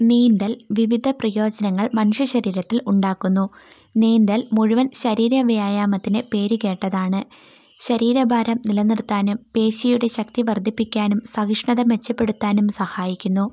നീന്തൽ വിവിധ പ്രയോജനങ്ങൾ മനുഷ്യ ശരീരത്തിൽ ഉണ്ടാക്കുന്നു നീന്തൽ മുഴുവൻ ശരീര വ്യായാമത്തിന് പേരുകേട്ടതാണ് ശരീര ഭാരം നിലനിർത്താനും പേശിയുടെ ശക്തി വർദ്ധിപ്പിക്കാനും സഹിഷ്ണത മെച്ചപ്പെടുത്താനും സഹായിക്കുന്നു